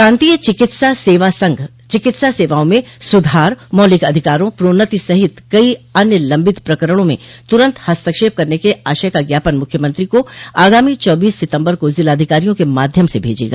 प्रान्तीय चिकित्सा सेवा संघ चिकित्सा सेवाओं में सुधार मौलिक अधिकारों प्रोन्नति सहित कई अन्य लम्बित प्रकरणों में तुरन्त हस्तक्षेप करने के आशय का ज्ञापन मूख्यमंत्री को आगामी चौबीस सितम्बर को जिलाधिकारियों के माध्यम से भेजेगा